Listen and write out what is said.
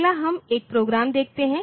अगला हम एक प्रोग्राम देखते हैं